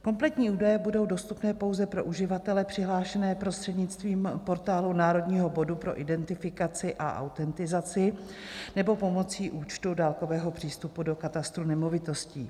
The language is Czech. Kompletní údaje budou dostupné pouze pro uživatele přihlášené prostřednictvím Portálu národního bodu pro identifikaci a autentizaci nebo pomocí účtu dálkového přístupu do Katastru nemovitostí.